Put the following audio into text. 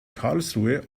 karlsruhe